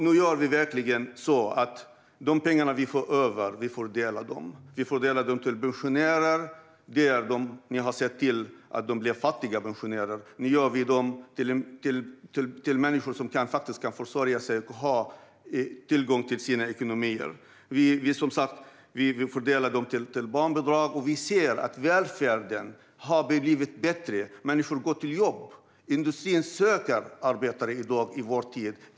Nu gör vi så att vi fördelar de pengar vi får över. Vi fördelar dem till pensionärer. Ni såg till att de blev fattigpensionärer. Nu gör vi dem till människor som kan försörja sig och ha tillgång till ekonomin. Vi fördelar dem som sagt till barnbidrag. Vi ser också att välfärden har blivit bättre. Människor går till jobbet. Industrin söker arbetare i dag, i vår tid.